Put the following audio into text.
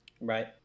right